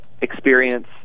experience